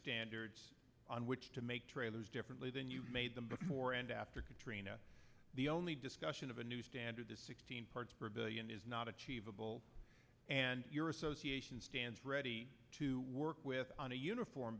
standards on which to make trailers differently than you made them before and after katrina the only discussion of a new standard the sixteen parts per billion is not achievable and your association stands ready to work with on a uniform